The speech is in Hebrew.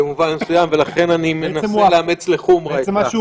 במובן מסוים, ולכן אני מנסה לאמץ לחומרה את זה.